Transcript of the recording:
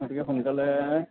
গতিকে সোনকালে